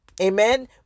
Amen